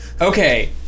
Okay